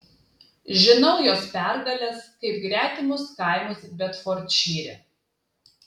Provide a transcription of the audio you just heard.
žinau jos pergales kaip gretimus kaimus bedfordšyre